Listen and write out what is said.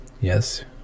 Yes